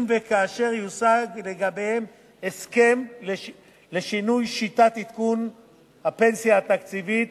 אם וכאשר יושג לגביהם הסכם לשינוי שיטת עדכון הפנסיה התקציבית